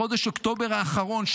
בחודש אוקטובר האחרון,